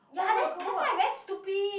ya that's that's why i very stupid